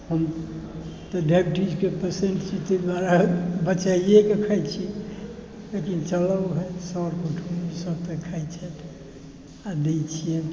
हम तऽ डाइबिटीजके पेसेन्ट छी ताहि दुआरे बचाइए कऽ खाइ छी लेकिन चलऽ भाइ सर कुटुम ई सब तऽ खाइ छथि आओर दै छिएनि